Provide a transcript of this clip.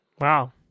Wow